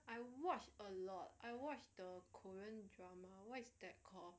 I watch a lot I watch the korean drama what's that called